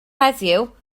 heddiw